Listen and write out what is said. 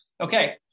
Okay